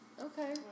Okay